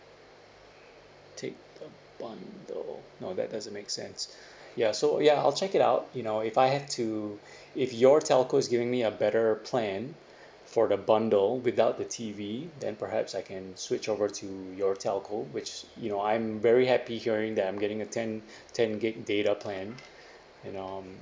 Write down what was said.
take the bundle no that doesn't make sense ya so ya I'll check it out you know if I have to if your telco is giving me a better plan for the bundle without the T_V then perhaps I can switch over to your telco which you know I'm very happy hearing that I'm getting a ten ten gig data plan and um